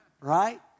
Right